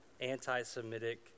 anti-Semitic